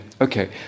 okay